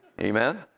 Amen